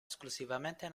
esclusivamente